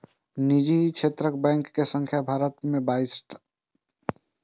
निजी क्षेत्रक बैंक के संख्या भारत मे बाइस टा छै